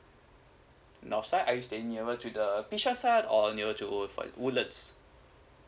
north side are you staying nearer to the a bishan side or nearer to woodlands